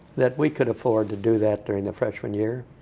that we could afford to do that during the freshman year.